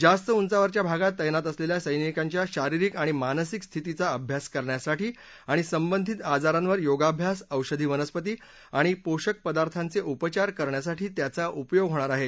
जास्त उंचावरच्या भागात तैनात असलेल्या सैनिकांच्या शारीरिक आणि मानसिक स्थितीचा अभ्यास करण्यासाठी आणि संबंधित आजारांवर योगाभ्यास औषधी वनस्पती आणि पोषक पदार्थाचे उपचार करण्यासाठी त्याचा उपयोग होणार आहे